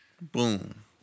Boom